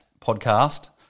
podcast